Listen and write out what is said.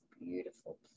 beautiful